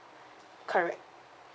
correct